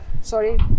sorry